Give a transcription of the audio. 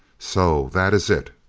so that is it?